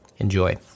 Enjoy